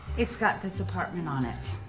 it's got this apartment on it.